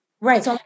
Right